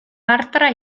bartra